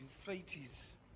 Euphrates